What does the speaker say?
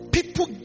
People